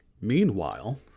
Meanwhile